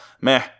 meh